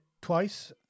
twice